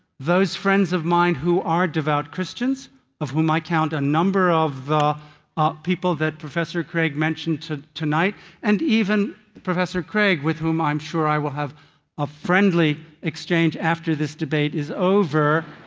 those friends of mine who are devout christians of whom i count a number of of people that professor craig mentioned tonight and even professor craig with whom i am sure i will have a friendly exchange after this debate is over,